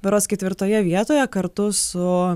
berods ketvirtoje vietoje kartu su